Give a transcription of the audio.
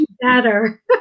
better